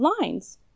lines—